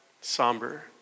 somber